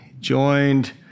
joined